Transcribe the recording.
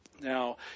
Now